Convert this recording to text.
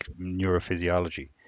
neurophysiology